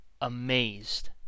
amazed